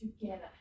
together